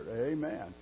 Amen